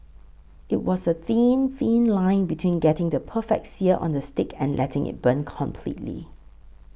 it was a thin thin line between getting the perfect sear on the steak and letting it burn completely